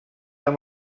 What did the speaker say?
amb